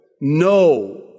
no